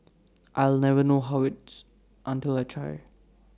I'll never know how it's until I try